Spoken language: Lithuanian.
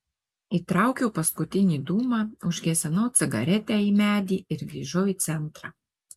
įtraukiau paskutinį dūmą užgesinau cigaretę į medį ir grįžau į centrą